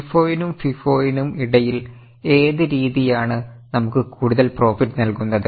LIFO നും FIFO നും ഇടയിൽ ഏത് രീതിയാണ് നമുക്ക് കൂടുതൽ പ്രോഫിറ്റ് നൽകുന്നത്